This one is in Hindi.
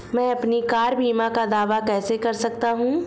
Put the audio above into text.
मैं अपनी कार बीमा का दावा कैसे कर सकता हूं?